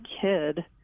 kid